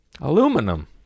Aluminum